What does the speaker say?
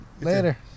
Later